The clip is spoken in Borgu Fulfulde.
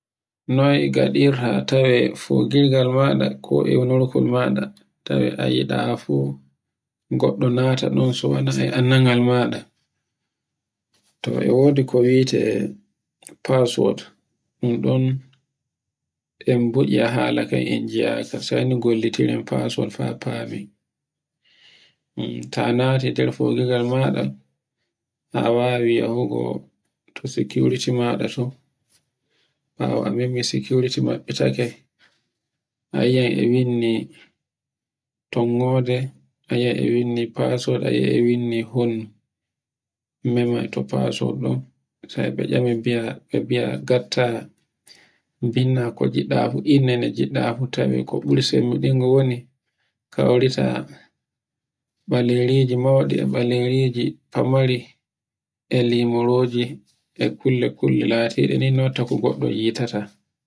Noy nagaɗirta a tawe fogirgal maɗa ko eunorkol maɗa tawe a yiɗa fu, goɗɗo nata ɗo suwanaye annda ngal maɗa. To e wodi ko wi'ete password. Ɗun ɗon um hala kam en gi'aka sai no gollitiren password fa famin. Ta nati ndar fogirgal maɗa a wawi yahugo to security maɗa ton ɓawo a memi security maɓɓitake. a yi'ai e winndi tongoɗe, a yi ai e winndi password, a yiai e winndi honnu. mema to password ɗum, sai ɓe tcama be-ɓe biya gatta binda ko giɗɗa fu, inde nde ngiɗɗa fu, tawe ko ɓuri semɓiɗan go woni kawrita ɓalereji mauɗi, e ɓalereji famari, e limoreji e kulle-kulle latiɗi no watta no goɗɗo yi tata.